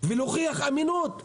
ולהוכיח אמינות ומהימנות.